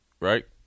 right